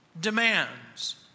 demands